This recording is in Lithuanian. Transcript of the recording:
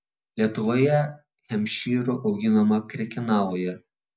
lietuvoje hempšyrų auginama krekenavoje